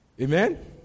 amen